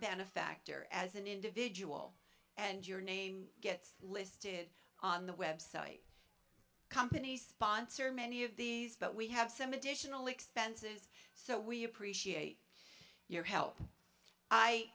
benefactor as an individual and your name gets listed on the website companies sponsor many of these but we have some additional expenses so we appreciate your he